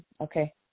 okay